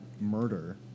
murder